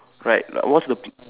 right like what's the p~